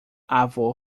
avô